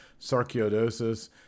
sarcoidosis